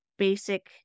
basic